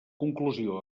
conclusió